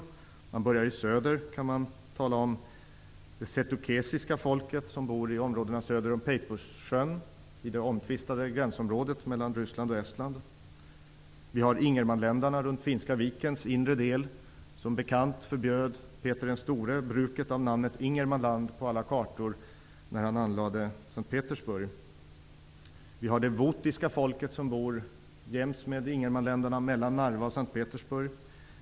Om man börjar i söder kan man tala om det setukesiska folket, som bor i områdena söder om sjön Peipus, i det omtvistade gränsområdet mellan Ryssland och Estland. Vi har ingermanländarna runt Finska vikens inre del. Som bekant förbjöd Peter den store bruket av namnet Ingermanland på alla kartor när han anlade S:t Petersburg. Vi har det votiska folket, som bor jäms med ingermanländarna, mellan Narva och S:t Petersburg.